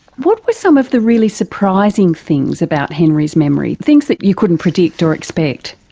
what were some of the really surprising things about henry's memory, things that you couldn't predict or expect?